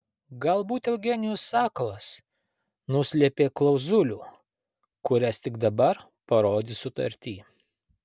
galbūt eugenijus sakalas nuslėpė klauzulių kurias tik dabar parodys sutarty